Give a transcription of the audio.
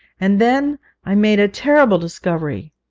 and then i made a terrible discovery.